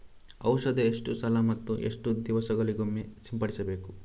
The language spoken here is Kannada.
ಔಷಧ ಎಷ್ಟು ಸಲ ಮತ್ತು ಎಷ್ಟು ದಿವಸಗಳಿಗೊಮ್ಮೆ ಸಿಂಪಡಿಸಬೇಕು?